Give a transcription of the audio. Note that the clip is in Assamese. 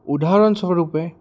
উদাহৰণস্বৰূপে